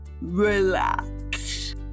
relax